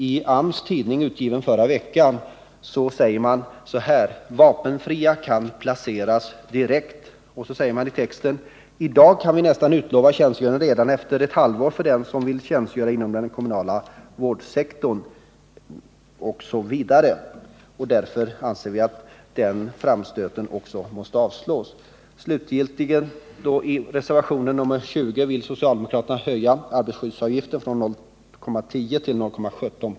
I AMS tidning, som utkom i förra veckan, skriver man att vapenfria kan placeras direkt. Så fortsätter man: ”Idag kan vi nästan utlova tjänstgöring redan efter ett halvår för den, som vill tjänstgöra inom den kommunala vårdsektorn.” Därför anser vi att även denna framstöt från socialdemokraterna måste tillbakavisas. I reservationen 20 vill socialdemokraterna höja arbetsskyddsavgiften från 0,10 96 till 0,17 26.